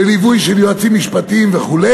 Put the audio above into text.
בליווי יועצים משפטיים וכו',